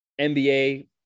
NBA